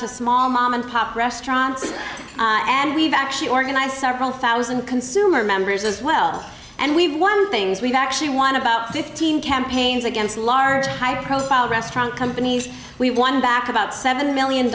to small mom and pop restaurants and we've actually organized several thousand consumer members as well and we've won things we've actually want about fifteen campaigns against large high profile restaurant companies we've won back about seven million